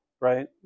right